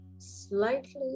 Slightly